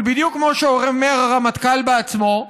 אבל בדיוק כמו שאומר הרמטכ"ל בעצמו,